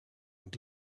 and